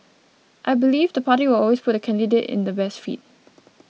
I believe the party will always put the candidate in the best fit